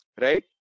right